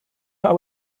par